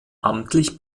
amtlich